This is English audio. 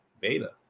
beta